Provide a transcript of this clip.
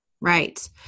Right